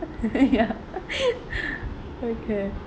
ya okay